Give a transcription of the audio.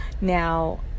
Now